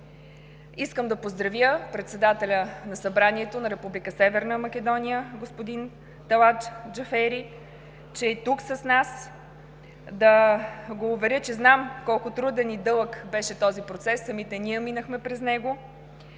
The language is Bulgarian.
Искам да поздравя председателя на Събранието на Република Северна Македония господин Талат Джафери, че е тук с нас, да го уверя, че знам колко труден и дълъг беше този процес – самите ние минахме през него,